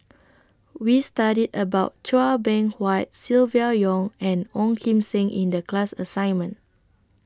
We studied about Chua Beng Huat Silvia Yong and Ong Kim Seng in The class assignment